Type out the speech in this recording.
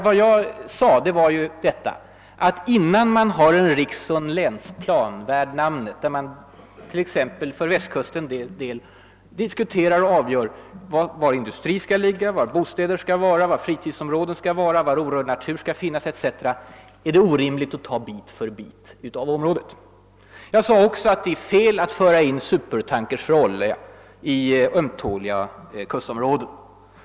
Vad jag sade var nämligen att innan man har en riksoch iänsplan värd namnet, där man t.ex. för Västkusten avgör var det skall finnas industri, bostäder, fritidsområden, orörd natur etc., är det orimligt att ta stycke för stycke av området i anspråk. Jag sade också att det är fel att föra in supertankers för olja i ömtåliga kustområden.